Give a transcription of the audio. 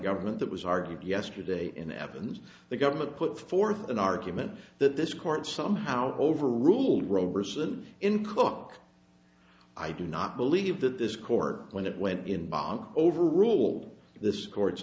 government that was argued yesterday in evans the government put forth an argument that this court somehow overruled roberson in cook i do not believe that this court when it went in bonn overruled this court's